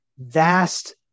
vast